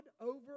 over